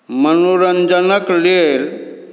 मनोरञ्जनक लेल